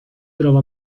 trova